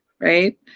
right